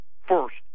first